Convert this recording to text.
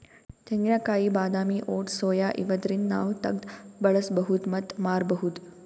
ತೆಂಗಿನಕಾಯಿ ಬಾದಾಮಿ oats soya ಇವ್ದರಿಂದ್ ನಾವ್ ತಗ್ದ್ ಬಳಸ್ಬಹುದ್ ಮತ್ತ್ ಮಾರ್ಬಹುದ್